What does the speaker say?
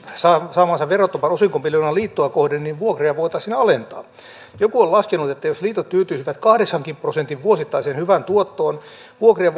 saamansa verottoman osinkomiljoonan liittoa kohden niin vuokria voitaisiin alentaa joku on laskenut että jos liitot tyytyisivät kahdeksankin prosentin vuosittaiseen hyvään tuottoon vuokria